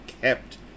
kept